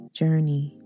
journey